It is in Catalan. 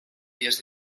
dies